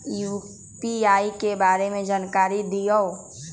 UPI के बारे में जानकारी दियौ?